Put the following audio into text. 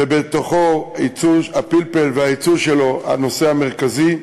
ובתוכה הפלפל והיצוא שלו הם הנושא המרכזי.